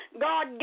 God